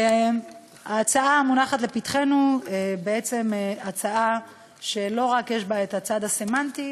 ההצעה המונחת לפנינו היא הצעה שיש בה לא רק צד סמנטי